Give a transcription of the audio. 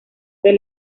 del